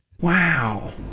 wow